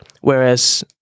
Whereas